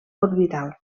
orbital